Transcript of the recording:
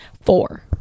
four